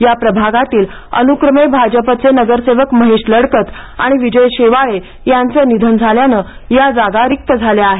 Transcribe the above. या प्रभागातील अनुक्रमे भाजपचे नगरसेवक महेश लडकत आणि विजय शेवाळे यांचे निधन झाल्याने या जागा रिक्त झाल्या आहेत